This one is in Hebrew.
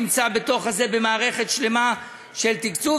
נמצא במערכת שלמה של תקצוב,